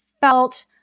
felt